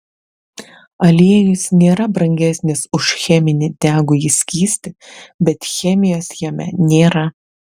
aliejus nėra brangesnis už cheminį degųjį skystį bet chemijos jame nėra